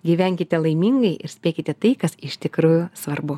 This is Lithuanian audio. gyvenkite laimingai ir spėkite tai kas iš tikrųjų svarbu